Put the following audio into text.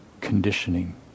conditioning